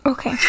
Okay